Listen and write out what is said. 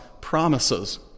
promises